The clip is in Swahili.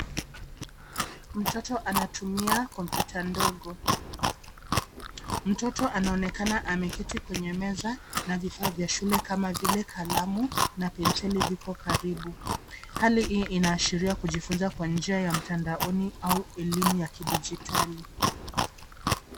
Mtoto anatumia kompyuta ndogo, mtoto anaonekana ameketi kwenye meza na vifaa vya shule kama vile kalamu na penseli viko karibu. Hali hii inaashiria kujifunza kwa njia ya mtandaoni au elimu ya kidijitali.